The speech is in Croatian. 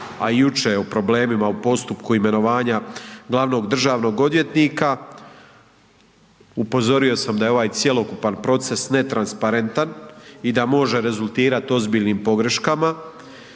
a i jučer o problemima u postupku imenovanja glavnog državnog odvjetnika, upozorio sam da je ovaj cjelokupan proces netransparentan i da može rezultirati ozbiljnim pogreškama.